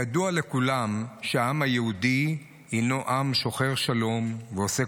ידוע לכולם שהעם היהודי הוא עם שוחר שלום העושה